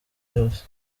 ryose